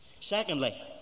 Secondly